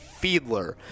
Fiedler